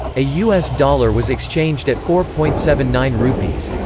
a us dollar was exchanged at four point seven nine rupees.